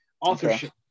Authorship